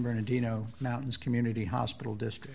bernardino mountains community hospital district